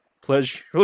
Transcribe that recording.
pleasure